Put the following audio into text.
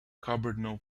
carbonyl